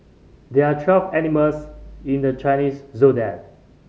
there are twelve animals in the Chinese Zodiac